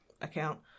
account